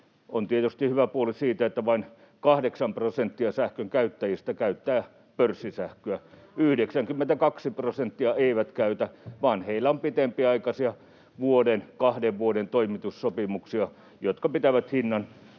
on tietysti hyvä puoli, että vain 8 prosenttia sähkön käyttäjistä käyttää pörssisähköä. 92 prosenttia ei käytä, vaan heillä on pitempiaikaisia — vuoden, kahden vuoden — toimitussopimuksia, jotka pitävät hinnan